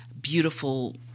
beautiful